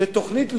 בתוכנית לאומית,